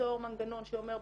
ליצור מנגנון שאומר,